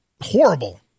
horrible